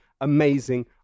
amazing